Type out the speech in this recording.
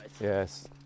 Yes